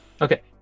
Okay